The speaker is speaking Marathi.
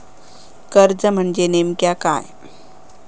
कर्ज म्हणजे नेमक्या काय?